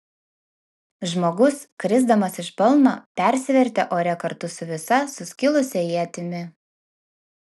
žmogus krisdamas iš balno persivertė ore kartu su visa suskilusia ietimi